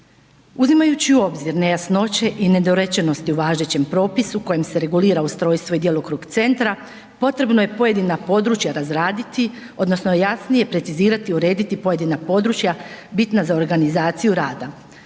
Uzimajući u obzir nejasnoće i nedorečenosti u važećem propisu kojim se regulira ustrojstvo i djelokrug centra potrebno je pojedina područja razraditi odnosno jasnije precizirati i urediti pojedina područja bitna za organizaciju rada.